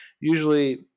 usually